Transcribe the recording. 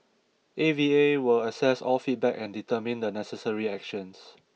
A V A will assess all feedback and determine the necessary actions